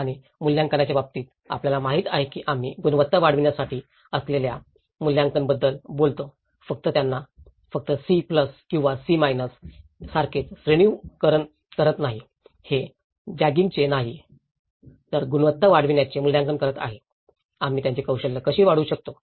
आणि मूल्यांकनाच्या बाबतीत आपल्याला माहिती आहे की आम्ही गुणवत्ता वाढविण्यासाठी असलेल्या मूल्यांकन बद्दल बोलतो फक्त त्यांना फक्त C प्लस किंवा C मायनस सारखेच श्रेणीकरण करत नाही हे जाजिंग चे नाही तर गुणवत्ता वाढवण्यासाठीचे मूल्यांकन करत आहे आम्ही त्यांची कौशल्ये कशी वाढवू शकतो